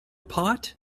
pot